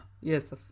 Yes